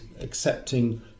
accepting